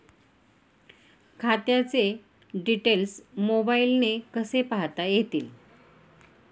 खात्याचे डिटेल्स मोबाईलने कसे पाहता येतील?